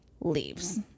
leaves